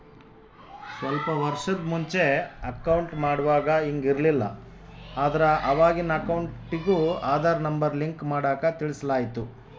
ಸ್ವಲ್ಪ ವರ್ಷುದ್ ಮುಂಚೆ ಅಕೌಂಟ್ ಮಾಡುವಾಗ ಹಿಂಗ್ ಇರ್ಲಿಲ್ಲ, ಆದ್ರ ಅವಾಗಿನ್ ಅಕೌಂಟಿಗೂ ಆದಾರ್ ನಂಬರ್ ಲಿಂಕ್ ಮಾಡಾಕ ತಿಳಿಸಲಾಯ್ತು